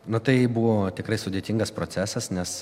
na tai buvo tikrai sudėtingas procesas nes